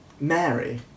Mary